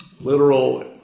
Literal